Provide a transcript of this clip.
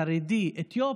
חרדי, אתיופי,